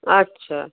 আচ্ছা